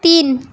তিন